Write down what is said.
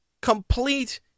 Complete